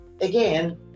again